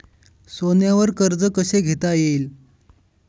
सोन्यावर कर्ज कसे घेता येईल?